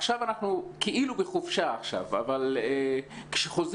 עכשיו אנחנו כאילו בחופשה אבל כשחוזרים